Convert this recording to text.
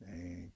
thank